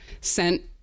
sent